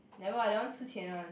never mind that one 吃钱 one